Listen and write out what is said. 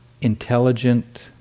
intelligent